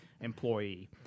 employee